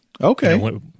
Okay